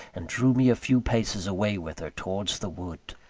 and drew me a few paces away with her towards the wood.